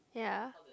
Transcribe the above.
ya